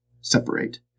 separate